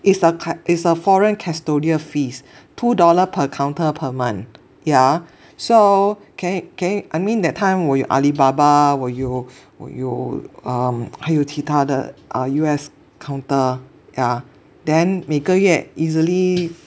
is a cus~ is a foreign custodian fees two dollar per counter per month yeah so can can I mean that time 我有 Alibaba 我有我有 um 还有其他的 err U_S counter yeah then 每个月 easily